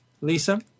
Lisa